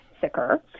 sicker